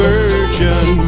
Virgin